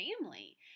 family